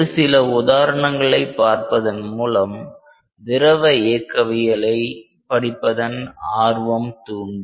ஒரு சில உதாரணங்களை பார்ப்பதன் மூலம் திரவ இயக்கவியலை படிப்பதன் ஆர்வம் தூண்டும்